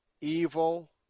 evil